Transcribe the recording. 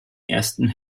ersten